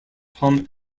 tom